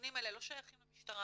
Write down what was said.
הנתונים האלה לא שייכים למשטרה,